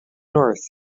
north